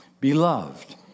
Beloved